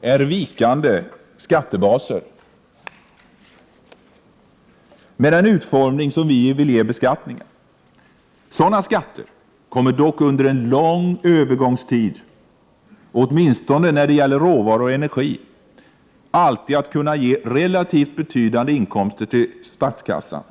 är vikande skattebaser med den utformning vi vill ge beskattningen. Sådana skatter kommer dock under en lång övergångstid, åtminstone när det gäller råvaror och energi, alltid att kunna ge relativt betydande inkomster till statskassan.